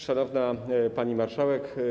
Szanowna Pani Marszałek!